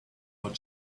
what